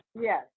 Yes